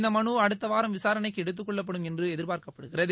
இந்த மனு அடுத்த வாரம் விசாரணைக்கு எடுத்துக் கொள்ளப்படும் என்று எதிர்பார்க்கப்படுகிறது